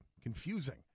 confusing